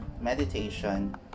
meditation